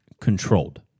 controlled